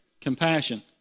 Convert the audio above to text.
Compassion